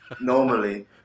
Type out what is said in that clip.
normally